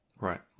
Right